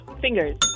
Fingers